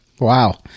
Wow